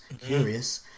curious